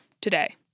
Today